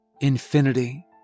infinity